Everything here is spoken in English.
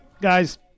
guys